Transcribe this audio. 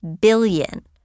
billion